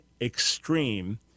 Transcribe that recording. extreme